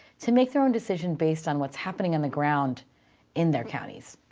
to make their own decision based on what's happening on the ground in their counties.